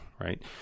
right